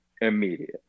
Immediate